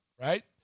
right